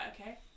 okay